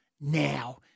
now